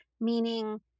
meaning